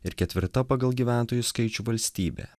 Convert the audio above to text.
ir ketvirta pagal gyventojų skaičių valstybė